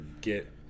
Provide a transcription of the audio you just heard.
get